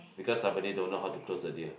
because subordinate don't know how to close the deal